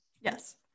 Yes